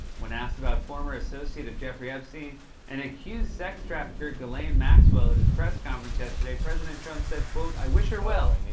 when asked about former associate of jeffrey epstein and accused sex trafficker ghislaine maxwell at his press conference yesterday, president trump said, i wish her well.